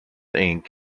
ink